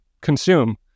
consume